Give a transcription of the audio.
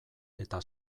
eta